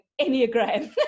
enneagram